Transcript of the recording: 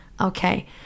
Okay